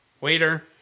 Waiter